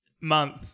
month